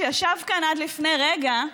שישב כאן עד לפני רגע,